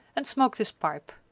and smoked his pipe.